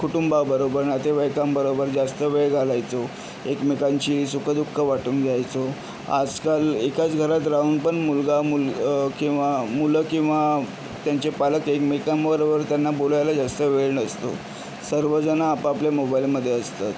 कुटुंबाबरोबर नातेवाईकांबरोबर जास्त वेळ घालवायचो एकमेकांची सुख दु खं वाटून घ्यायचो आजकाल एकाच घरात राहून पण मुलगा मुल किंवा मुलं किंवा त्यांचे पालक एकमेकांबरोबर त्यांना बोलायला जास्त वेळ नसतो सर्वजणं आपआपल्या मोबाइलमध्ये असतात